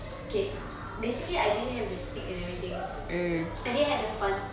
okay basically I didn't have the stick and everything I didn't have the funds